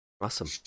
awesome